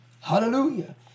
hallelujah